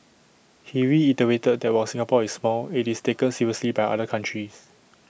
he reiterated that while Singapore is small IT is taken seriously by other countries